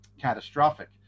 catastrophic